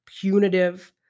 punitive